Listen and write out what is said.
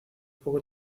poco